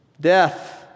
death